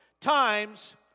times